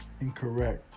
incorrect